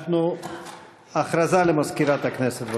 הודעה למזכירת הכנסת.